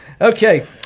Okay